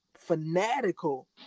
Fanatical